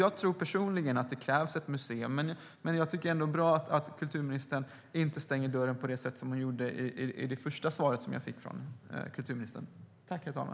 Jag tror personligen att det krävs ett museum, men jag tycker ändå att det är bra att kulturministern inte stänger dörren på det sätt som hon gjorde i det första svar jag fick från henne.